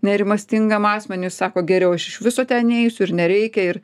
nerimastingam asmeniui sako geriau aš iš viso ten neisiu ir nereikia ir